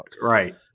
Right